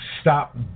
stop